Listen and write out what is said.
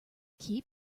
keep